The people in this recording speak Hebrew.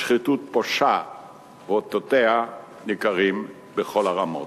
השחיתות פושה ואותותיה ניכרים בכל הרמות.